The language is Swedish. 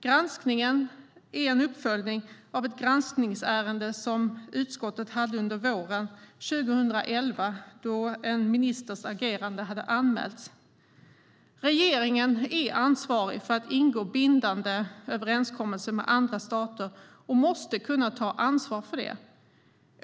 Granskningen är en uppföljning av ett granskningsärende utskottet hade under våren 2011, då en ministers agerande hade anmälts. Regeringen är ansvarig för att ingå bindande överenskommelser med andra stater och måste kunna ta ansvar för det.